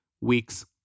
weeks